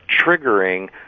triggering